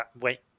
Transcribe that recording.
wait